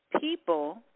people